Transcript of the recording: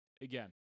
Again